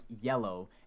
yellow